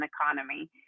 economy